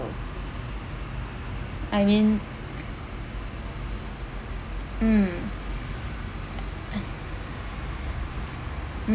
I mean mm